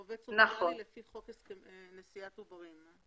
עובד סוציאלי לפי חוק נשיאת עוברים.